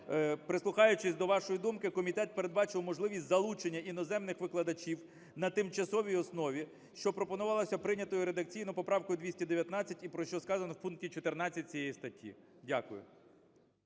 прислухаючись до вашої думки, комітет передбачив можливість залучення іноземних викладачів на тимчасовій основі, що пропонувалося прийнятою редакційно поправкою 219 і про що сказано в пункті 14 цієї статті. Дякую.